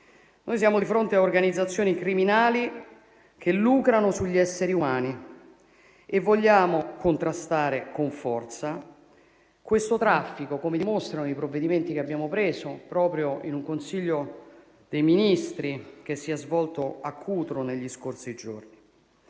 Noi siamo di fronte ad organizzazioni criminali che lucrano sugli esseri umani e vogliamo contrastare con forza questo traffico, come dimostrano i provvedimenti che abbiamo preso proprio in un Consiglio dei ministri che si è svolto a Cutro negli scorsi giorni.